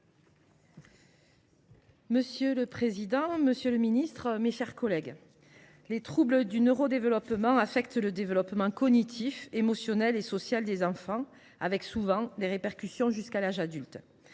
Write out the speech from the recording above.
Monsieur le président, monsieur le ministre, mes chers collègues, les troubles du neurodéveloppement affectent le développement cognitif, émotionnel et social des enfants, qui en subissent souvent les répercussions jusqu’à l’âge adulte.